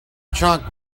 trunk